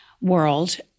world